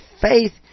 faith